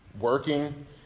working